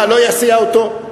מה, לא יסיע אותו?